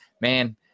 Man